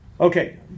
Okay